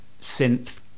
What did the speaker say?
synth